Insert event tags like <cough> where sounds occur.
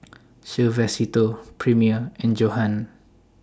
<noise> Suavecito Premier and Johan